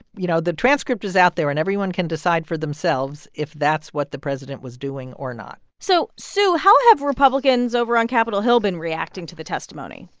you know, the transcript is out there, and everyone can decide for themselves if that's what the president was doing or not so, sue, how have republicans over on capitol hill been reacting to the testimony?